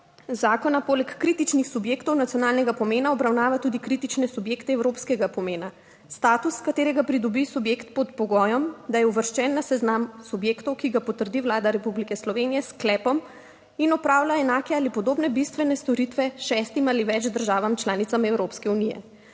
zakona poleg kritičnih subjektov nacionalnega pomena obravnava tudi kritične subjekte Evropskega pomena, status katerega pridobi subjekt pod pogojem, da je uvrščen na seznam subjektov, ki ga potrdi Vlada Republike Slovenije s sklepom in opravlja enake ali podobne bistvene storitve šestim ali več državam članicam Evropske unije.